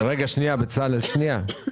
בצלאל, שנייה.